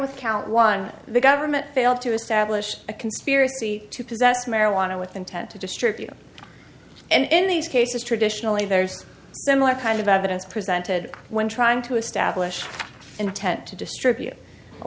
with count one the government failed to establish a conspiracy to possess marijuana with intent to distribute and in these cases traditionally there's similar kind of evidence presented when trying to establish intent to distribute a